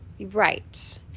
right